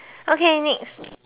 okay next